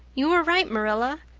you are right, marilla.